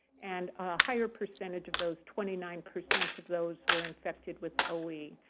and a higher percentage of those, twenty nine percent of those, were infected with o e.